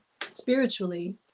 spiritually